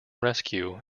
rescue